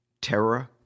terror